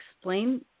explain